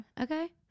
Okay